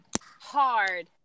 hard